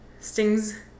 stings